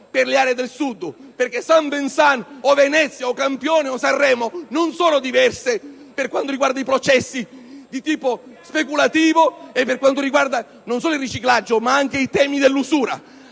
per le aree del Sud, perché Saint Vincent, Venezia, Campione o Sanremo non sono realtà diverse per quanto riguarda i processi di tipo speculativo e per quanto riguarda non solo il riciclaggio, ma anche l'usura.